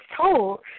told